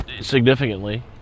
significantly